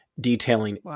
detailing